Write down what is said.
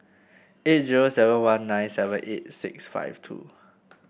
eight zero seven one nine seven eight six five two